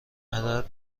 عدد